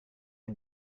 you